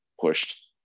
pushed